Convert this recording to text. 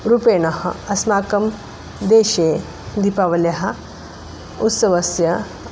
रूपेण अस्माकं देशे दीपावलि उत्सवस्य